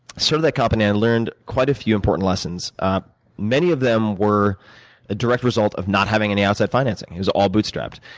sort of that company, i learned quite a few important lessons. um many of them were a direct result of not having any outside financing it was all bootstrapped.